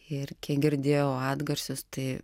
ir kiek girdėjau atgarsius tai